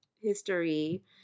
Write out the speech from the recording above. history